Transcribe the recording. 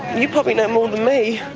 you probably know more than me.